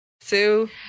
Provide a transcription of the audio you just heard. Sue